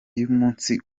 y’umunsi